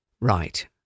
Right